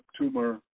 tumor